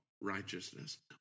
righteousness